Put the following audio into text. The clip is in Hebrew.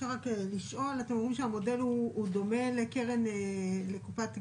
אתם אומרים שהמודל הוא דומה לקופת גמל,